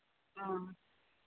हाँ